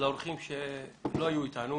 לאורחים שלא היו אתנו,